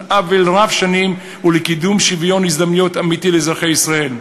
עוול רב-שנים ולקידום שוויון הזדמנויות אמיתי לאזרחי ישראל".